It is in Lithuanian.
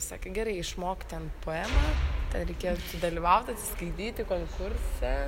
sakė gerai išmok ten poemą ten reikėjo dalyvaut atsiskaityti konkurse